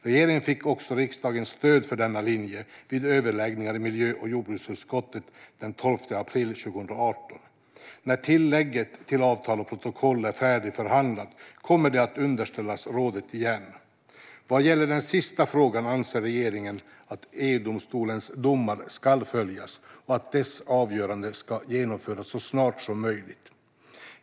Regeringen fick också riksdagens stöd för denna linje vid överläggningar i miljö och jordbruksutskottet den 12 april 2018. När tillägget till avtalet och protokollet är färdigförhandlat kommer det att underställas rådet igen. Vad gäller den sista frågan anser regeringen att EU-domstolens domar ska följas och att dess avgöranden ska genomföras så snart som möjligt.